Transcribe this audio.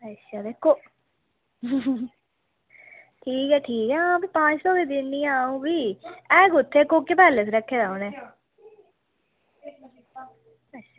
अच्छा ते ठीक ऐ ठीक ऐ अंऊ पंज सौ गै दिन्नी आं भी बी ऐ कुित्थें कोह्के पैलेस रक्खे दा उनें